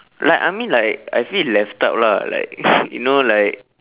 like I mean like I feel left out lah like you know like